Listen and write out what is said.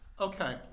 Okay